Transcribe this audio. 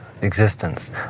existence